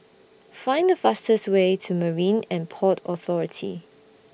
Find The fastest Way to Marine and Port Authority